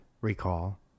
recall